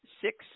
six